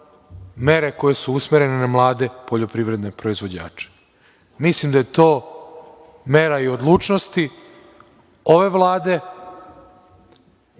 mere koje su usmerene na mlade poljoprivredne proizvođače. Mislim da je to mera i odlučnosti ove Vlade